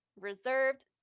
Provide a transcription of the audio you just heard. reserved